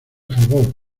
favor